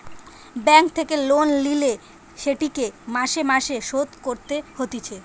bank থেকে loan লিলে সেটিকে মাসে মাসে শোধ করতে হতিছে